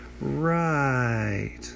Right